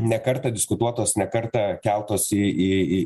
ne kartą diskutuotos ne kartą keltos į į į